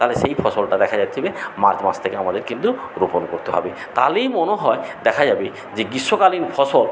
তাহলে সেই ফসলটা দেখা যাচ্ছে যে মার্চ মাস থেকে আমাদের কিন্তু রোপণ করতে হবে তাহলেই মনে হয় দেখা যাবে যে গ্রীষ্মকালীন ফসল